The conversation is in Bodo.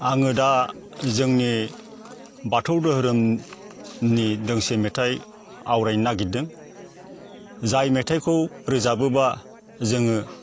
आङो दा जोंनि बाथौ धोरोमनि दोंसे मेथाइ आवरायनो नागिरदों जाय मेथाइखौ रोजाबोब्ला जोङो